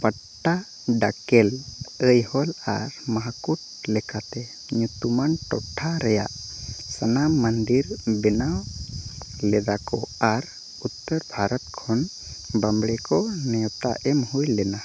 ᱯᱟᱴᱴᱟ ᱰᱟᱠᱮᱞ ᱟᱭᱦᱳᱞ ᱟᱨ ᱢᱟᱦᱟᱠᱩᱴ ᱞᱮᱠᱟᱛᱮ ᱧᱩᱛᱩᱢᱟᱱ ᱴᱚᱴᱷᱟ ᱨᱮᱭᱟᱜ ᱥᱟᱱᱟᱢ ᱢᱟᱱᱫᱤᱨ ᱵᱮᱱᱟᱣ ᱞᱮᱫᱟᱠᱚ ᱟᱨ ᱩᱛᱛᱚᱨ ᱵᱷᱟᱨᱚᱛ ᱠᱷᱚᱱ ᱵᱟᱢᱵᱽᱲᱮᱠᱚ ᱱᱮᱣᱛᱟ ᱮᱢ ᱦᱩᱭᱞᱮᱱᱟ